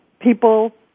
people